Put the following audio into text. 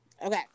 Okay